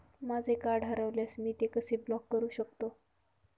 माझे कार्ड हरवल्यास मी ते कसे ब्लॉक करु शकतो?